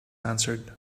answered